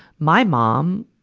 my mom,